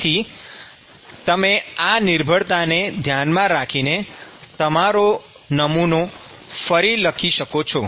તેથી તમે આ નિર્ભરતાને ધ્યાનમાં રાખીને તમારો નમૂનો ફરીથી લખી શકો છો